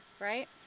right